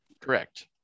Correct